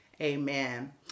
amen